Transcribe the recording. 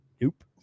Nope